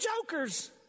jokers